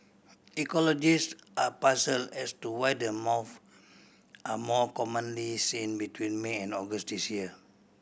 ecologists are puzzle as to why the moths are more commonly seen between May and August this year